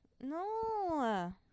No